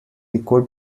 equal